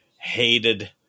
hated